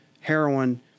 heroin